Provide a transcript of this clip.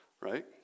right